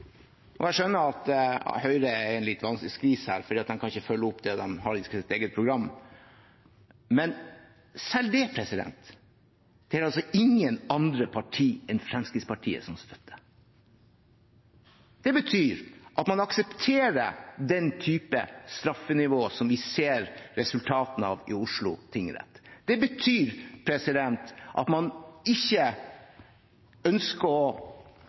Jeg skjønner at Høyre er i litt vanskelig skvis her, for de kan ikke følge opp det de har i sitt eget program. Men selv det er det er ingen andre partier enn Fremskrittspartiet som støtter. Det betyr at man aksepterer den type straffenivå som vi ser resultatene av i Oslo tingrett. Det betyr at man ikke ønsker å